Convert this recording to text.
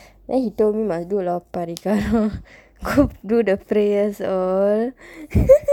then he told me must do a lot of பரிகாரம்:parikaaram go do the prayers all